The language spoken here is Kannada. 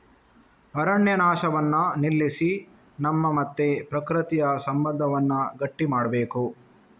ಅರಣ್ಯ ನಾಶವನ್ನ ನಿಲ್ಲಿಸಿ ನಮ್ಮ ಮತ್ತೆ ಪ್ರಕೃತಿಯ ಸಂಬಂಧವನ್ನ ಗಟ್ಟಿ ಮಾಡ್ಬೇಕು